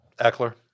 Eckler